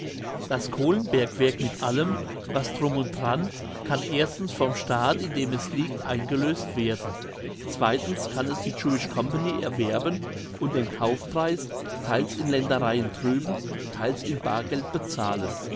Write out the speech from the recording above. das kohlenbergwerk mit allem was drum und dran kann erstens vom staat in dem es liegt eingelöst werden zweitens kann es die jewish company erwerben und den kaufpreis theils in ländereien drüben theils in baargeld bezahlen